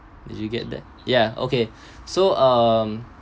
did you get that ya okay so um